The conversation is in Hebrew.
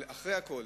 אבל אחרי הכול,